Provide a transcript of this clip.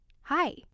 hi